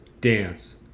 dance